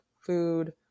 food